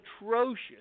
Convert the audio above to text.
atrocious